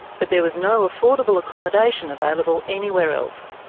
but there was no affordable accommodation available anywhere else.